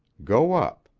go up.